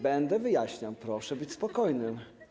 Będę wyjaśniał, proszę być spokojnym.